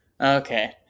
Okay